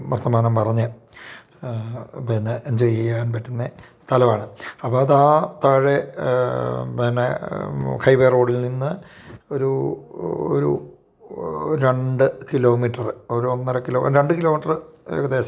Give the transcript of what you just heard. വർത്തമാനം പറഞ്ഞ് പിന്നെ എൻജോയി ചെയ്യാൻ പറ്റുന്ന സ്ഥലമാണ് അപ്പം അ താ താഴെ പിന്നെ ഹൈ വേ റോഡിൽ നിന്ന് ഒരു ഒരു രണ്ട് കിലോമീറ്ററ് ഒരു ഒന്ന് അര കിലോ രണ്ട് കിലോമീറ്ററ് ഏകദേശം